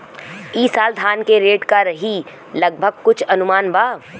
ई साल धान के रेट का रही लगभग कुछ अनुमान बा?